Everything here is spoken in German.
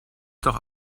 doch